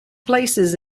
places